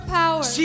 power